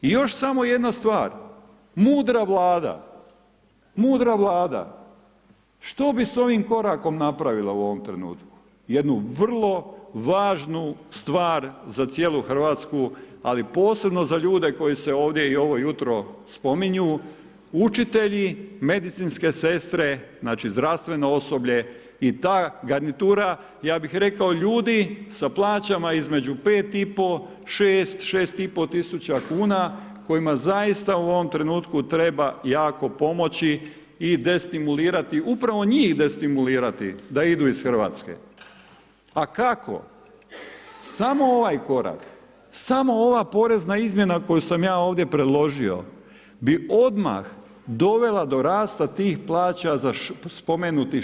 I još samo jedna stvar, mudra Vlada, mudra Vlada što bi s ovim korakom napravila u ovom trenutku, jednu vrlo važnu stvar za cijelu Hrvatsku, ali posebno za ljude koji se ovdje i ovo jutro spominju, učitelji, medicinske sestre znači zdravstveno osoblje i ta garnitura ja bih rekao ljudi sa plaćama između 5.500, 6.000, 6.500 kuna kojima zaista u ovom trenutku treba jako pomoći i destimulirati upravo njih destimulirati da idu iz Hrvatske, a kako samo ovaj korak, samo ova porezna koju sam ja ovdje predložio bi odmah dovela do rasta tih plaća za spomenutih 6%